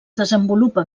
desenvolupa